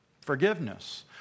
forgiveness